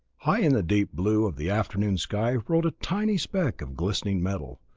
high in the deep blue of the afternoon sky rode a tiny speck of glistening metal,